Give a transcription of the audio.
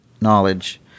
knowledge